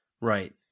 Right